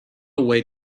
away